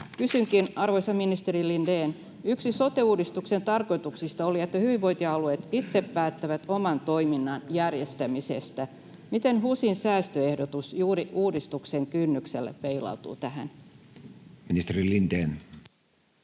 Kysynkin, arvoisa ministeri Lindén: Yksi sote-uudistuksen tarkoituksista oli, että hyvinvointialueet itse päättävät oman toiminnan järjestämisestä. Miten HUSin säästöehdotus juuri uudistuksen kynnyksellä peilautuu tähän? Ministeri Lindén.